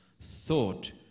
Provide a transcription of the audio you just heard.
thought